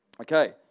Okay